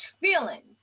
feelings